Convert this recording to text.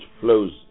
flows